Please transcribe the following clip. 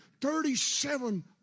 Thirty-seven